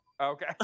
Okay